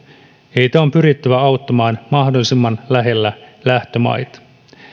heitä on pyrittävä auttamaan mahdollisimman lähellä lähtömaita